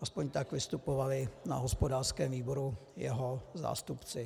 Alespoň tak vystupovali na hospodářském výboru jeho zástupci.